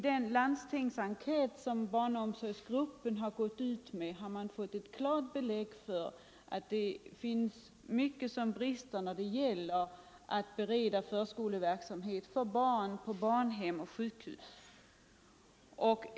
Den landstingsenkät som barnomsorgsgruppen har gått ut med ger klart belägg för att mycket brister när det gäller att ordna förskoleverksamhet för barn på barnhem och sjukhus.